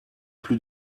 plus